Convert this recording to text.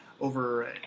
over